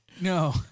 No